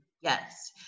yes